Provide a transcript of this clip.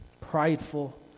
prideful